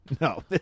No